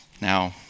Now